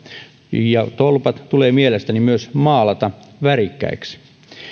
ja tolpat tulee mielestäni myös maalata värikkäiksi